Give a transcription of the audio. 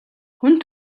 хүн